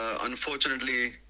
unfortunately